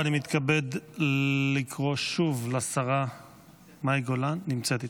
ואני מתכבד לקרוא שוב לשרה מאי גולן, נמצאת איתנו,